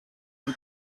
amb